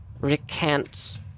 recant